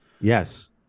Yes